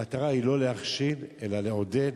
המטרה אינה להכשיל אלא לעודד.